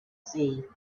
see